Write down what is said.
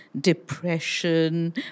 depression